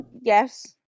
yes